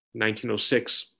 1906